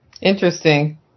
Interesting